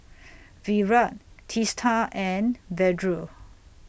Virat Teesta and Vedre